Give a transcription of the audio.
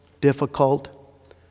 difficult